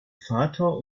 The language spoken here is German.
vater